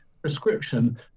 prescription